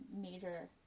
major